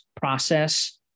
process